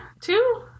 two